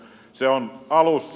se on alussa